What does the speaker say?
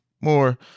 more